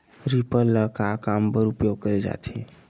Reaper ल का काम बर उपयोग करे जाथे?